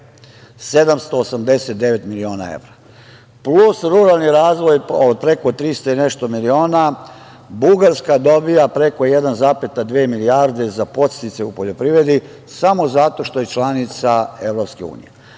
789 miliona evra, plus ruralni razvoj od preko 300 i nešto miliona Bugarska dobija preko 1,2 milijarde za podsticaj u poljoprivredi samo zato što je članica EU.Za očekivati je